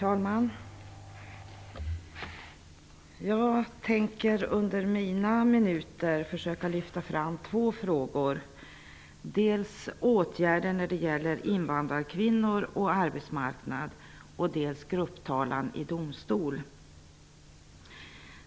Herr talman! Under de minuter som jag har till förfogande tänker jag lyfta fram två frågor. De gäller dels åtgärder för invandrarkvinnorna på arbetsmarknaden, dels grupptalan i domstol.